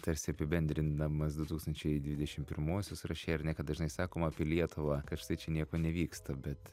tarsi apibendrindamas du tūkstančiai dvidešim pirmuosius rašei ar ne kad dažnai sakoma apie lietuvą kad štai čia nieko nevyksta bet